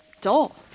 dull